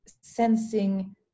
sensing